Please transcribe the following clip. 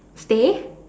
stay